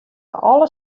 alle